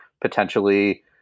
potentially